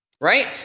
right